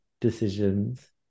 decisions